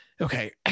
Okay